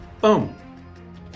Boom